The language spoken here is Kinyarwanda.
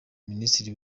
minisitiri